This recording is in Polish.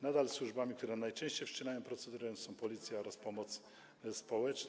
Nadal służbami, które najczęściej wszczynają procedurę, są Policja oraz pomoc społeczna.